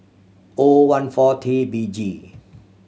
O one four T B G